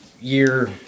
year